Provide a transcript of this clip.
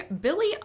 Billy